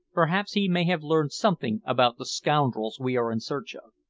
perhaps he may have learned something about the scoundrels we are in search of.